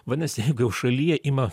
vadinasi jeigu jau šalyje ima